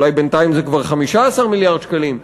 אולי בינתיים זה כבר 15 מיליארד שקלים,